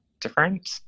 different